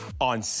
on